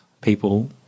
people